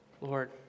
Lord